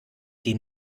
die